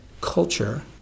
culture